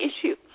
issue